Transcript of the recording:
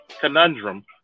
conundrum